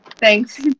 Thanks